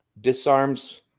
disarms